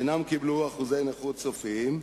שלא קיבלו אחוזי נכות סופיים,